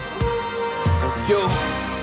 yo